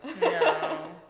No